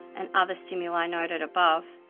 and other stimuli noted above,